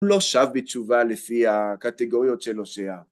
הוא לא שב בתשובה לפי הקטגוריות של הושע.